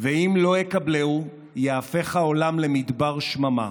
ואם לא אקבלהו, ייהפך כל העולם למדבר שממה.